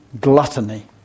gluttony